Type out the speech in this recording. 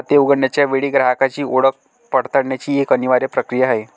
खाते उघडण्याच्या वेळी ग्राहकाची ओळख पडताळण्याची एक अनिवार्य प्रक्रिया आहे